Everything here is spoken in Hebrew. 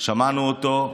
שמענו אותו,